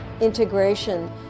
Integration